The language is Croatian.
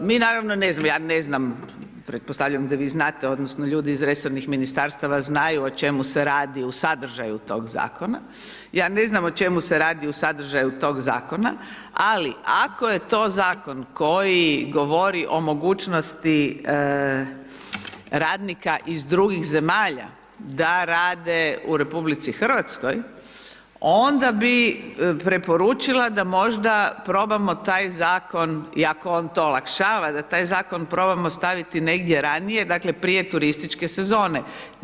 Mi naravno ne znamo, ja ne znam, pretpostavljam da vi znate odnosno ljudi iz resornih ministarstava znaju o čemu se radi u sadržaju tog zakona, ja ne znam o čemu se radi u sadržaju tog zakona ali ako je to zakon koji govori o mogućnosti radnika iz drugih zemalja da rade u RH, onda bi preporučila da možda probam taj zakon iako on to olakšava, da taj zakon probamo staviti negdje ranije, dakle prije turističke sezone.